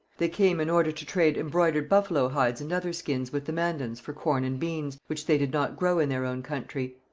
they came in order to trade embroidered buffalo hides and other skins with the mandans for corn and beans, which they did not grow in their own country.